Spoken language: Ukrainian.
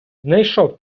знайшов